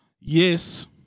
yes